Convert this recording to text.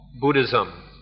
Buddhism